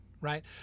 right